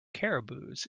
caribous